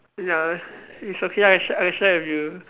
ya it's okay ah I sh~ I share with you